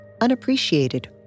unappreciated